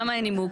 למה אין נימוק?